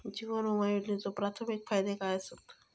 जीवन विमा योजनेचे प्राथमिक फायदे काय आसत?